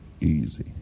easy